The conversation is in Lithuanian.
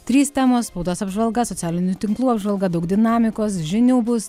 trys temos spaudos apžvalga socialinių tinklų apžvalga daug dinamikos žinių bus